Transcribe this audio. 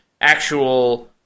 actual